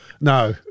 No